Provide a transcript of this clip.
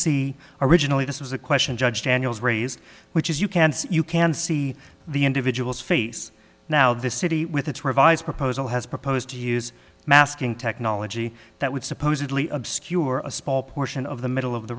see originally this was a question judge daniels raise which as you can see you can see the individuals face now the city with its revised proposal has proposed to use masking technology that would supposedly obscure a small portion of the middle of the